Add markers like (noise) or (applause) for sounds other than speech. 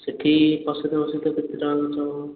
ସେଠି ପ୍ରସାଦ (unintelligible) କେତେ ଟଙ୍କା ଖର୍ଚ୍ଚ ହେବ